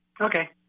Okay